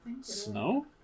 Snow